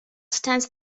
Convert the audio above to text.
stands